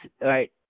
right